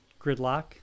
gridlock